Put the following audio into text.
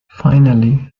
finally